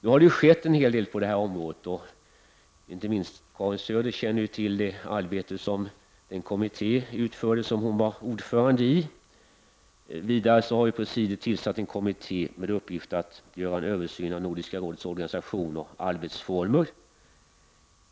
Nu har det skett en hel del på detta område, inte minst Karin Söder känner till det arbete den kommitté har utfört som hon har varit ordförande i. Vidare har presidiet tillsatt en kommitté med uppgift att göra en översyn av Nordiska rådets organisation och arbetsformer.